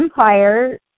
empire